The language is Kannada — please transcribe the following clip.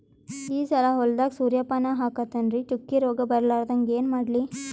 ಈ ಸಲ ಹೊಲದಾಗ ಸೂರ್ಯಪಾನ ಹಾಕತಿನರಿ, ಚುಕ್ಕಿ ರೋಗ ಬರಲಾರದಂಗ ಏನ ಮಾಡ್ಲಿ?